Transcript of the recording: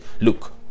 look